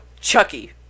Chucky